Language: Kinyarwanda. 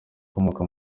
ukomoka